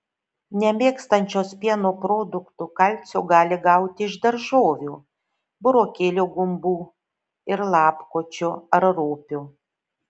nemėgstančios pieno produktų kalcio gali gauti iš daržovių burokėlių gumbų ir lapkočių ar ropių